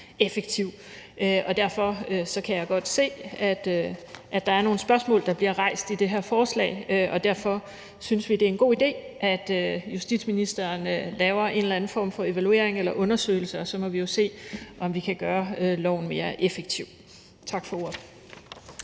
Derfor kan jeg godt se, at der er nogle spørgsmål, der bliver rejst i det her forslag, og derfor synes vi, det en god idé, at justitsministeren laver en eller anden form for evaluering eller undersøgelse. Og så må vi jo se, om vi kan gøre loven mere effektiv. Tak for ordet.